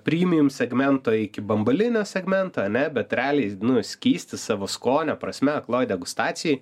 primijum segmento iki bambalinio segmento ane bet realiai nu skystis savo skonio prasme akloj degustacijoj